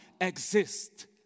exist